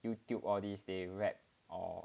Youtube all these they rap or